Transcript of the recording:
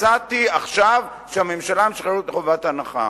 מצאתי עכשיו שהממשלה משחררת מחובת הנחה.